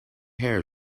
hair